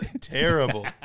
terrible